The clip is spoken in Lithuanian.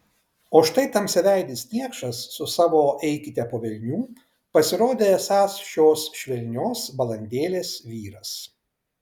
o štai tamsiaveidis niekšas su savo eikite po velnių pasirodė esąs šios švelnios balandėlės vyras